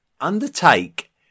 undertake